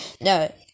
no